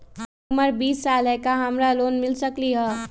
हमर उमर बीस साल हाय का हमरा लोन मिल सकली ह?